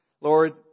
Lord